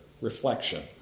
reflection